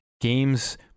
games